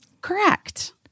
Correct